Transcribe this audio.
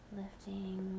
lifting